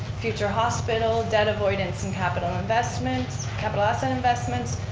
future hospital, debt avoidance in capital investments, capital asset investments,